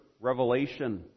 revelation